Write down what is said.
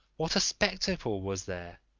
what a spectacle was there!